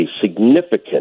significant